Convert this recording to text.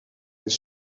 his